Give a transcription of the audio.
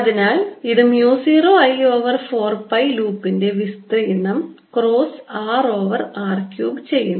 അതിനാൽ ഇത് mu 0 I over 4 pi ലൂപ്പിന്റെ വിസ്തീർണ്ണം cross r over r cube ചെയ്യുന്നു